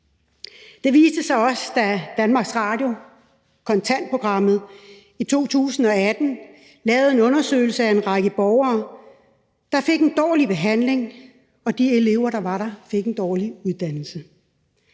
Det viste sig også, da Danmarks Radio i programmet Kontant i 2018 lavede en undersøgelse, der viste, at en række borgere fik en dårlig behandling, og at de elever, der var der, fik en dårlig uddannelse.